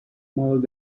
modos